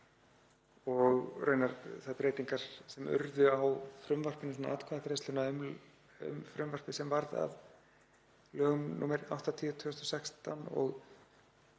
og raunar þær breytingar sem urðu á frumvarpinu í atkvæðagreiðslunni um frumvarpið sem varð að lögum nr. 80/2016. Ég